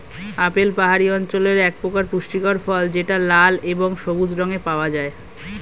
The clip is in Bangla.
আপেল পাহাড়ি অঞ্চলের একপ্রকার পুষ্টিকর ফল যেটা লাল এবং সবুজ রঙে পাওয়া যায়